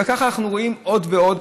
וככה אנחנו רואים עוד ועוד.